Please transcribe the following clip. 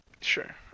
Sure